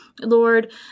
Lord